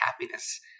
happiness